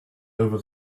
over